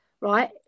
right